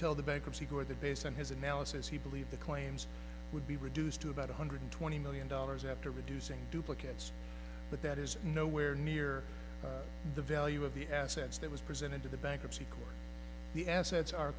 tell the bankruptcy court the based on his analysis he believed the claims would be reduced to about one hundred twenty million dollars after reducing duplicate but that is nowhere near the value of the assets that was presented to the bankruptcy court the assets are